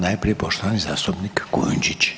Najprije poštovani zastupnik Kujundžić.